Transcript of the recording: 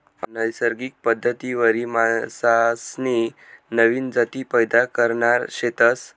अनैसर्गिक पद्धतवरी मासासनी नवीन जाती पैदा करणार शेतस